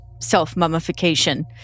self-mummification